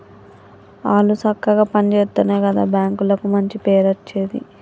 ఆళ్లు సక్కగ పని జేత్తెనే గదా బాంకులకు మంచి పేరచ్చేది